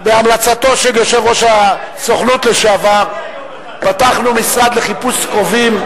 בהמלצתו של יו"ר הסוכנות לשעבר פתחנו משרד לחיפוש קרובים.